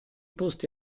posti